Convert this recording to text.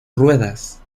ruedas